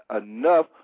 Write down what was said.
enough